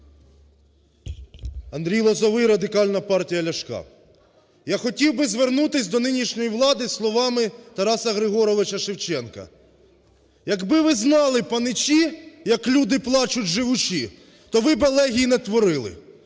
Андрій Лозовий, Радикальна партія Ляшка. Я хотів би звернутись до нинішньої влади з словами Тараса Григоровича Шевченка: "Якби ви знали, паничі, як люди плачуть живучи, то ви б елегій не творили".